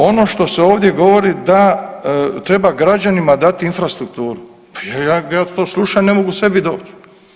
Ono što se ovdje govori da treba građanima dati infrastrukturu, pa ja to slušam i ne mogu sebi doći.